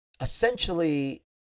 essentially